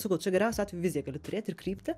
sakau čia geriausiu atveju viziją gali turėti ir kryptį